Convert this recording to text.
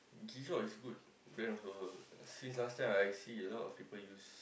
Tissot is good brand also since last time I see a lot of people use